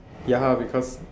ya because